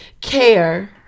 care